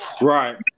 Right